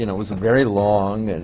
you know it was very long, and